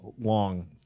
long